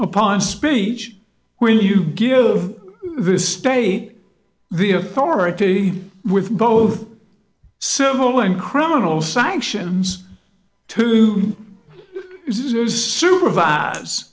upon speech when you give the state the authority with both civil and criminal sanctions to this is supervise